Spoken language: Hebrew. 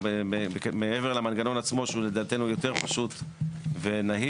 מעבר למנגנון עצמו שהוא לדעתנו יותר פשוט ונהיר